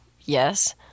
yes